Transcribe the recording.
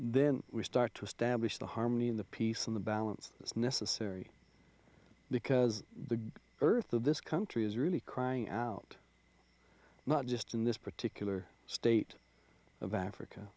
then we start to establish the harmony in the peace in the balance is necessary because the earth of this country is really crying out not just in this particular state of africa